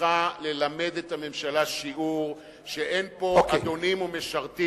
צריכה ללמד את הממשלה שיעור שאין פה אדונים ומשרתים,